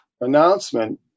announcement